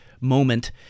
moment